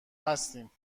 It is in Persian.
هستیم